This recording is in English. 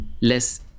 less